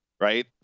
Right